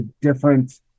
different